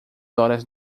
horas